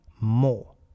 more